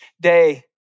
day